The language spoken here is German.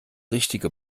richtige